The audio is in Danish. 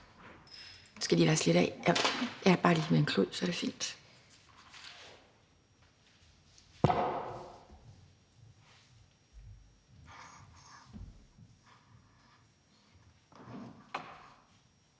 skal lige vaskes lidt af – bare med en klud, så er det fint.